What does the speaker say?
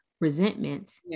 resentment